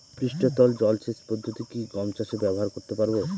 পৃষ্ঠতল জলসেচ পদ্ধতি কি গম চাষে ব্যবহার করতে পারব?